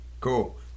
Cool